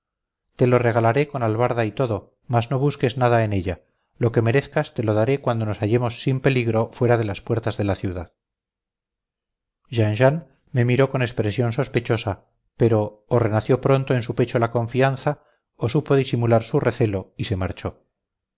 te lo regalaré con albarda y todo mas no busques ya nada en ella lo que merezcas te lo daré cuando nos hallemos sin peligro fuera de las puertas de la ciudad jean jean me miró con expresión sospechosa pero o renació pronto en su pecho la confianza o supo disimular su recelo y se marchó